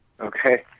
Okay